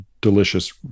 delicious